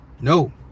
No